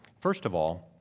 first of all,